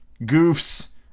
goofs